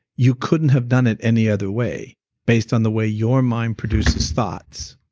you couldn't have done it any other way based on the way your mind produces thoughts.